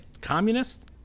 communist